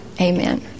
amen